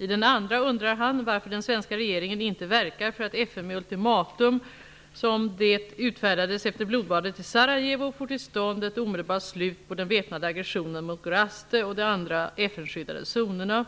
I den andra undrar han, varför den svenska regeringen inte verkar för att FN med ultimatum som det utfärdades efter blodbadet i Sarajevo får till stånd ett omedelbart slut på den väpnade aggressionen mot Gorazde och de andra FN-skyddade zonerna.